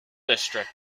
district